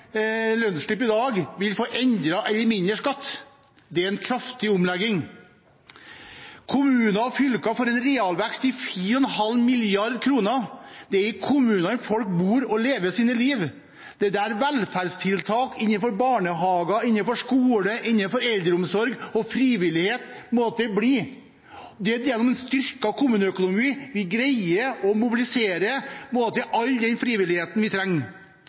lønnsslipp i dag, vil få uendret eller mindre skatt. Det er en kraftig omlegging. Kommuner og fylker får en realvekst på 4,5 mrd. kr. Det er i kommunene folk bor og lever sitt liv. Det er der velferdstiltakene i barnehager, skoler, eldreomsorg og frivillighet er. Det er gjennom en styrket kommuneøkonomi vi greier å mobilisere all den frivilligheten vi trenger.